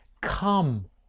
Come